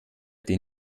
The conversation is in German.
den